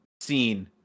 scene